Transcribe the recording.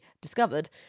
discovered